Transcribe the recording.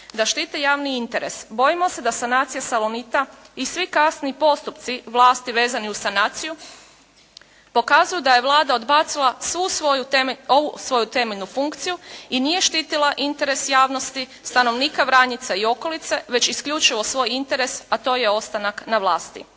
da štite javni interes, bojimo se da sanacija Salonita i svi kasni postupci vlasti vezani uz sanaciju pokazuju da je Vlada odbacila ovu svoju temeljnu funkciju i nije štitila interes javnosti, stanovnika Vranjica i okolice već isključivo svoj interes, a to je ostanak na vlasti.